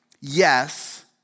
Yes